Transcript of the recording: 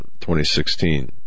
2016